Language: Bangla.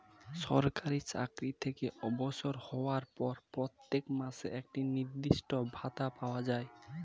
সরকারি চাকরি থেকে অবসর হওয়ার পর প্রত্যেক মাসে একটি নির্দিষ্ট ভাতা পাওয়া যায়